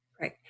Right